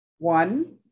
One